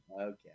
Okay